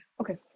okay